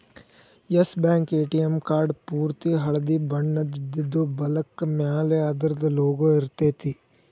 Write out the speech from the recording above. S bank ATM card ಪೂರ್ತಿ ಹಳ್ದಿ ಬಣ್ಣದಿದ್ದು, ಬಲಕ್ಕ ಮ್ಯಾಲೆ ಅದರ್ದ್ ಲೊಗೊ ಇರ್ತೆತಿ